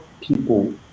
people